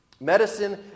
medicine